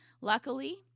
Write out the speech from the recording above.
Luckily